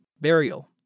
Burial